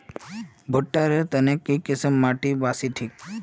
भुट्टा र तने की किसम माटी बासी ठिक?